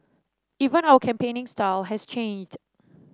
even our campaigning style has changed